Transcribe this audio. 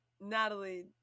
natalie